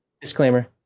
disclaimer